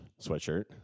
sweatshirt